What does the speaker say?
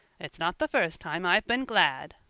it's not the first time i've been glad,